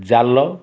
ଜାଲ